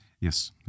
Yes